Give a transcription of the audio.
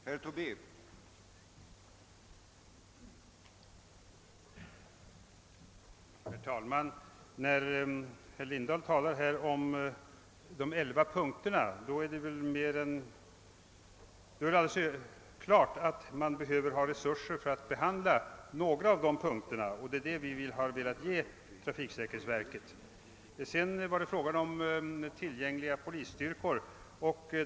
Herr talman! När herr Lindahl talar om de 11 punkterna är det alldeles klart att det behövs resurser för att tillmötesgå de önskemål som tas upp under åtminstone några av punkterna. Sådana resurser har vi velat ge trafiksäkerhetsverket. Herr Lindahl tog bl.a. upp frågan om tillgängliga polisstyrkor.